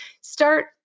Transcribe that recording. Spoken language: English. start